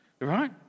right